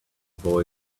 boy